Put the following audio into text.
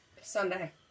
Sunday